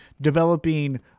developing